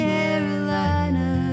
Carolina